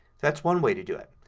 that's one way to do it.